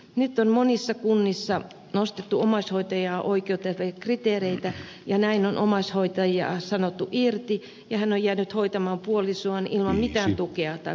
nyt on monissa kunnissa nostettu omaishoitajaan oikeuttavia kriteereitä ja näin on omaishoitaja sanottu irti ja hän on jäänyt hoitamaan puolisoaan ilman mitään tukea tai vapaapäivää